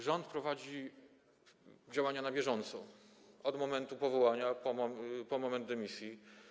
Rząd prowadzi działania na bieżąco, od momentu powołania po moment dymisji.